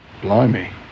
Blimey